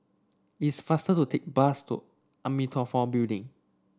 it's faster to take bus to Amitabha Building